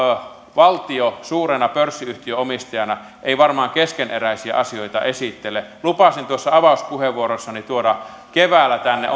valtio suurena pörssiyhtiöomistajana ei varmaan keskeneräisiä asioita esittele lupasin tuossa avauspuheenvuorossani tuoda keväällä tänne